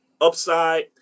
upside